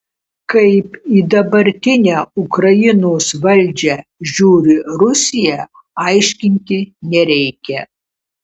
kaip į dabartinę ukrainos valdžią žiūri rusija aiškinti nereikia